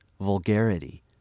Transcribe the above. vulgarity